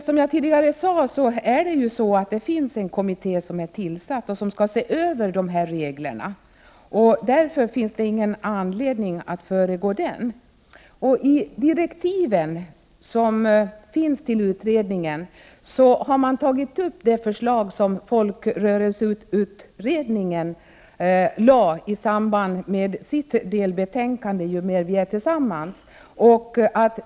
Som jag tidigare sade har det tillsatts en kommitté som skall se över dessa regler. Det finns därför ingen anledning att föregripa den utredningen. I utredningsdirektiven har man tagit upp det förslag som folkrörelseutredningen lade fram i sitt delbetänkande Ju mer vi är tillsammans.